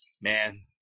Man